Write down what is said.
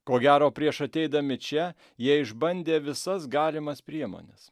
ko gero prieš ateidami čia jie išbandė visas galimas priemones